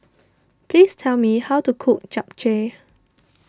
please tell me how to cook Japchae